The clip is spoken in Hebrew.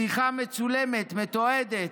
שיחה מצולמת, מתועדת,